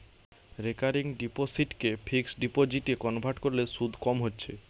recurring ডিপোসিটকে fixed ডিপোজিটে convert কোরলে শুধ কম হচ্ছে